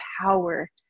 power